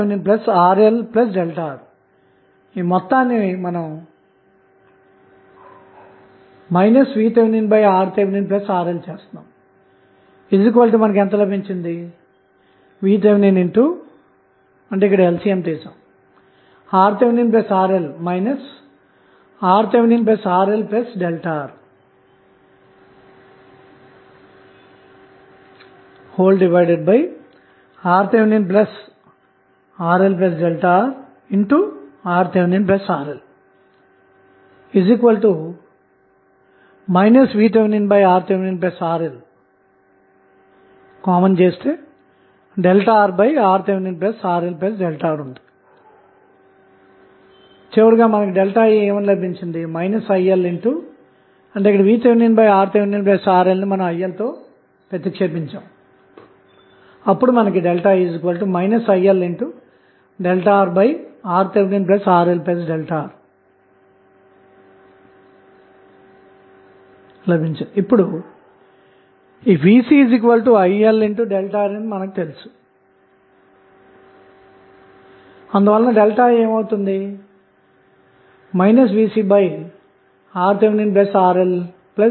slide సమయం చూడండి2340 IVThRThRLR VThRThRL VThRThRL RThRLRRThRLRRThRL VThRThRLRRThRLR ILRRThRLR ఇప్పుడు VCILR అని మనకు తెలుసు అందువలన I VcRThRLR లభిస్తుంది